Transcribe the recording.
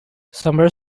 summer